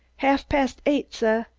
ha'f past eight, suh.